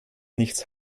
nichts